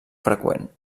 freqüent